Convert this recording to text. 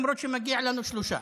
למרות שמגיע לנו שלושה.